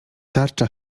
tarcza